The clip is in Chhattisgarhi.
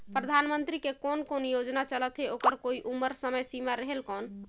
परधानमंतरी के कोन कोन योजना चलत हे ओकर कोई उम्र समय सीमा रेहेल कौन?